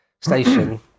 Station